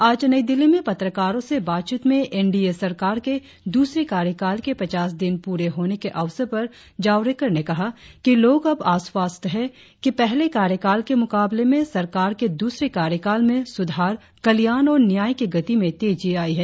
आज नई दिल्ली में पत्रकारों से बातचीत में एन डी ए सरकार के दूसरे कार्यकाल के पचास दिन पूरे होने के अवसर पर जावड़ेकर ने कहा कि लोग अब आश्वास्त है कि पहले कार्यकाल के मुलाबले में सरकार के दूसरे कार्यकाल में सुधार कल्याण और न्याय की गति में तेजी आई है